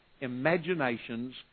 imaginations